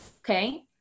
okay